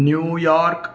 New York